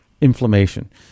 inflammation